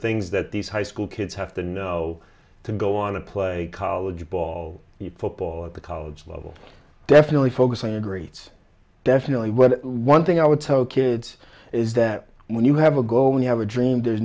things that these high school kids have to know to go on to play college ball football at the college level definitely focusing greets definitely well one thing i would tell the kids is that when you have a goal when you have a dream there's